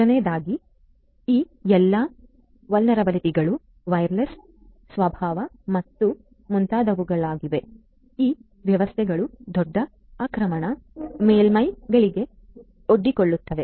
ಮೂರನೆಯದು ಈ ಎಲ್ಲಾ ವುಲ್ನೇರಬಿಲಿಟಿಸ್ಗಳು ವೈರ್ಲೆಸ್ ಸ್ವಭಾವ ಮತ್ತು ಮುಂತಾದವುಗಳಿಂದಾಗಿ ಈ ವ್ಯವಸ್ಥೆಗಳು ದೊಡ್ಡ ಆಕ್ರಮಣ ಮೇಲ್ಮೈಗಳಿಗೆ ಒಡ್ಡಿಕೊಳ್ಳುತ್ತವೆ